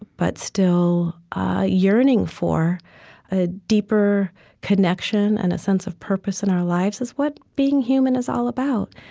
but still yearning for a deeper connection and a sense of purpose in our lives is what being human is all about.